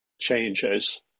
changes